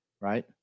right